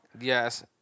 Yes